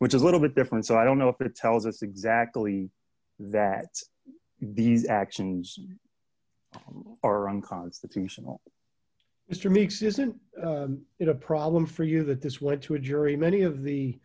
which is a little bit different so i don't know if it tells us exactly that these actions are unconstitutional mr meeks isn't it a problem for you that this went to a jury many of the